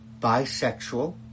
bisexual